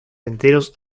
enteros